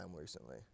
recently